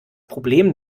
problem